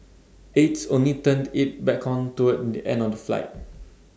aides only turned IT back on toward the end of the flight